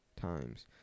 times